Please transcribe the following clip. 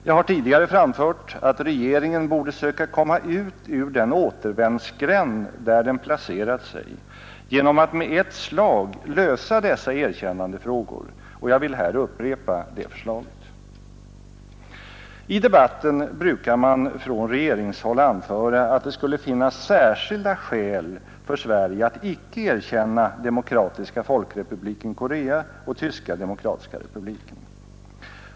Jag har tidigare framfört att regeringen borde söka komma ut ur den återvändsgränd, där den placerat sig, genom att med ett slag lösa dessa erkännandefrågor, och jag vill här upprepa det förslaget. I debatten brukar man från regeringshåll anföra att det skulle finnas särskilda skäl för Sverige att icke erkänna Demokratiska folkrepubliken Korea och Tyska demokratiska republiken.